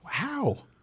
Wow